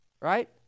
right